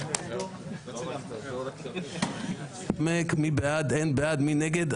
11:05.) מי בעד הרביזיה, מי נגד?